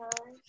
Okay